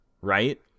right